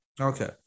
Okay